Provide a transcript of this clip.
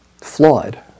Flawed